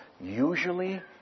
usually